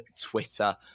Twitter